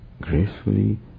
gracefully